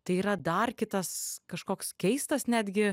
tai yra dar kitas kažkoks keistas netgi